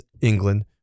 England